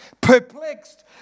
Perplexed